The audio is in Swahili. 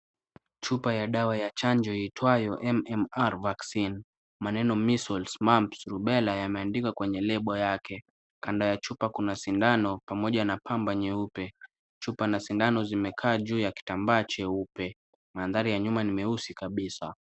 Chupa ya dawa ya chanjo iitwayo MMR Vaccine. Maneno meassles, mumps, rubella yameandikwa kwenye lebo yake. Kando ya chupa kuna sindano pamoja na pamba nyeupe. Chupa na sindano zimekaa juu ya kitambaa cheupe. Mandhari ya nyuma ni meusi kabisa.